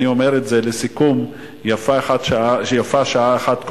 אני אומר את זה לסיכום: יפה שעה אחת קודם,